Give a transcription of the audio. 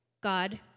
God